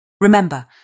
Remember